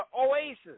oasis